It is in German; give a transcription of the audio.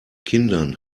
kindern